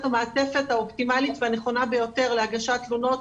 המעטפת האופטימלית והנכונה ביותר להגשת תלונות.